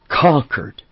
Conquered